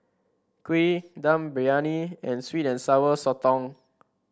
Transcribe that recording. kuih Dum Briyani and sweet and Sour Sotong